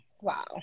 Wow